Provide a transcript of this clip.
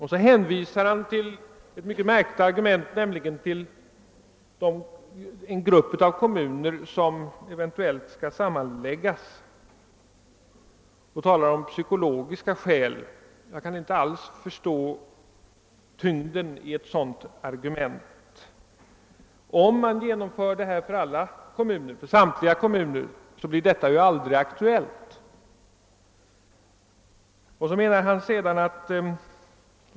Han talar om att psykologiska skäl kan tala emot detta när det gäller de grupper av kommuner som eventuellt skall sammanläggas. Det är en mycket märklig argumentering och jag kan inte alls förstå tyngden i den. Om man genomför principen för samtliga kommuner blir den aldrig aktuell.